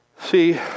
See